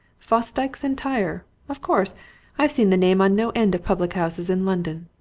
fosdyke's entire! of course i've seen the name on no end of public-houses in london.